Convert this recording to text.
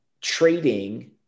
trading